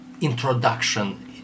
introduction